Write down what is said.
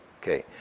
Okay